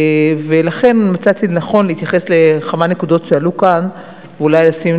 ולכן מצאתי לנכון להתייחס לכמה נקודות שעלו כאן ואולי להעמיד